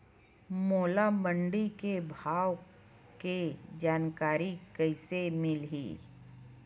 मोला मंडी के भाव के जानकारी कइसे मिलही?